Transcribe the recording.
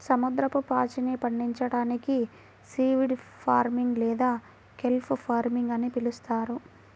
సముద్రపు పాచిని పండించడాన్ని సీవీడ్ ఫార్మింగ్ లేదా కెల్ప్ ఫార్మింగ్ అని పిలుస్తారు